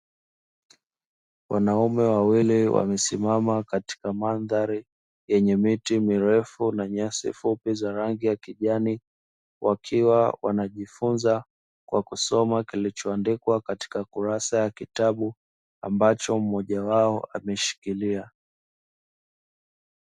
Wanaume wawili wamesimama katika mandhari yenye miti mirefu na nyasi fupi, zenye rangi ya kijani wakiwa wanajifunza kwa kusoma kile kilichoandikwa katika kurasa ya kitabu ambacho mmoja wao ameshikilia.